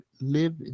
live